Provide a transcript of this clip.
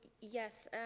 yes